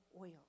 oil